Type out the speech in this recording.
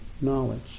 knowledge